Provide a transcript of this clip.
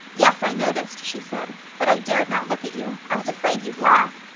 yes, i noticed, she said, but i dared not look at you. i was afraid you'd laugh.